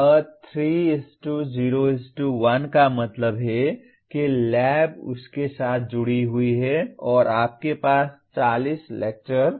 A 3 0 1 का मतलब है कि लैब उसके साथ जुड़ी हुई है और आपके पास 40 लेक्चर